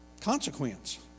consequence